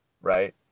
right